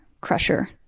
crusher